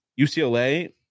ucla